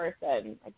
person